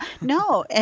No